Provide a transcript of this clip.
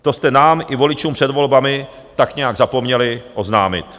To jste nám i voličům před volbami tak nějak zapomněli oznámit.